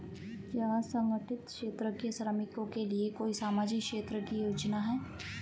क्या असंगठित क्षेत्र के श्रमिकों के लिए कोई सामाजिक क्षेत्र की योजना है?